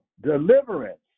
Deliverance